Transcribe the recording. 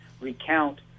recount